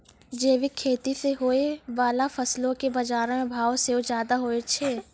जैविक खेती से होय बाला फसलो के बजारो मे भाव सेहो ज्यादा होय छै